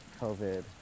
COVID